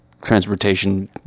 Transportation